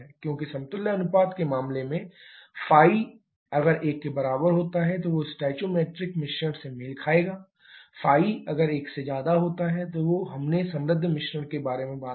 क्योंकि समतुल्य अनुपात के मामले में ϕ 1 स्टोइकोमेट्रिक मिश्रण से मेल खाता है ϕ 1 हमने समृद्ध मिश्रण के बारे में बात की